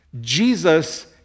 Jesus